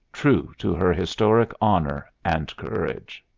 true to her historic honor and courage.